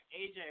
AJ